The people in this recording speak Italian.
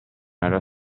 era